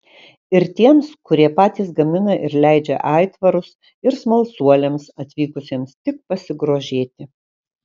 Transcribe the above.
ir tiems kurie patys gamina ir leidžia aitvarus ir smalsuoliams atvykusiems tik pasigrožėti